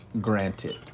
granted